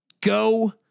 Go